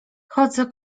chodzę